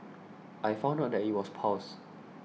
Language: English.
I found out that it was piles